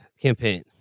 campaign